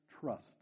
trust